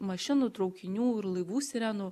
mašinų traukinių ir laivų sirenų